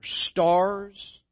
stars